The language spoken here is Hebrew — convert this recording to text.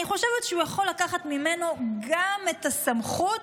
ואני חושבת שהוא יכול לקחת ממנו גם את הסמכות